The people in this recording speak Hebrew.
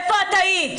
איפה את היית?